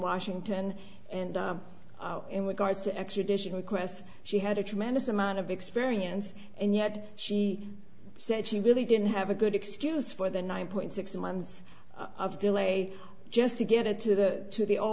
washington and in regards to extradition requests she had a tremendous amount of experience and yet she said she really didn't have a good excuse for the nine point six months of delay just to get it to the to the